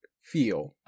feel